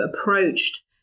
approached